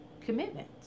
commitment